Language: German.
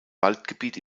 waldgebiet